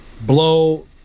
blow